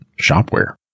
shopware